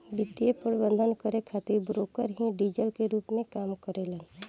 वित्तीय प्रबंधन करे खातिर ब्रोकर ही डीलर के रूप में काम करेलन